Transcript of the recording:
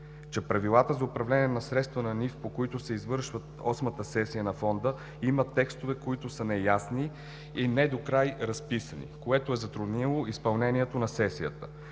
че в Правилата за управление на средства на НИФ, по които се извърша Осмата сесия на Фонда, има текстове, които са неясни и недокрай разписани, което е затруднило изпълнението на сесията.